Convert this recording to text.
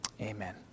amen